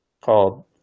called